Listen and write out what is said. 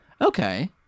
Okay